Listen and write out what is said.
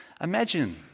Imagine